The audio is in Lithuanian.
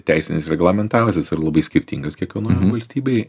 teisinis reglamentavimas jisai yra labai skirtingas kiekvienoj valstybėj